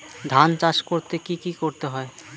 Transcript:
ধান চাষ করতে কি কি করতে হয়?